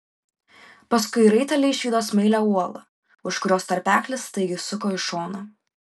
paskui raiteliai išvydo smailią uolą už kurios tarpeklis staigiai suko į šoną